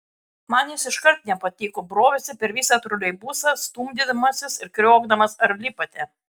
man jis iškart nepatiko brovėsi per visą troleibusą stumdydamasis ir kriokdamas ar lipate